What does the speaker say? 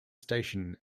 station